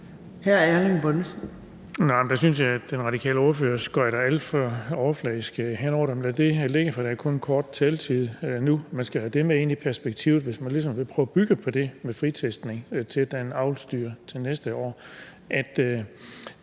til hr. Erling Bonnesen.